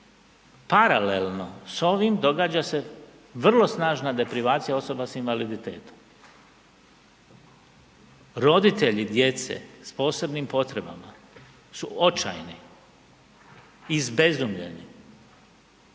paralelno s ovim događa se vrlo snažna deprivacija osoba sa invaliditetom. Roditelji djece s posebnim potrebama su očajni, izbezumljeni